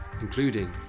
including